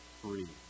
free